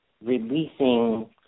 releasing